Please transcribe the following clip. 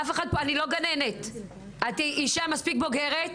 אני אתנהג אליך באותו הדין כמו עם כולם.